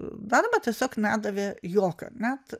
darbo tiesiog nedavė jokio net